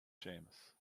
séamas